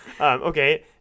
Okay